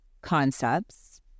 concepts